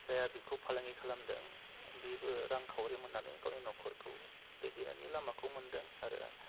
जायहा बिखौ फालांगि खालामदों बेबो रांखावरि मोन्नानै गावनि नख'रखौ दैदेन्नायनि लामाखौ मोनदों आरो